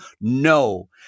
no